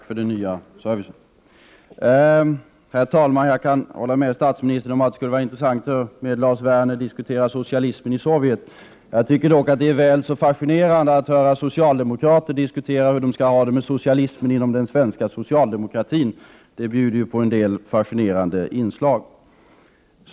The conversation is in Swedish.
Herr talman! Jag kan hålla med statsministern om att det skulle vara intressant att diskutera socialismen i Sovjet med Lars Werner. Jag tycker 43 dock att det är väl så fascinerande att höra socialdemokrater diskutera hur de skall ha det med socialismen inom den svenska socialdemokratin. Den diskussionen bjuder på en del fascinerande inslag.